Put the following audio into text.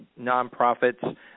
nonprofits